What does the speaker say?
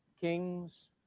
King's